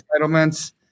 entitlements